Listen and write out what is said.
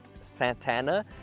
Santana